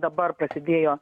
dabar prasidėjo